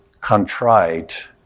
contrite